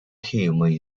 teams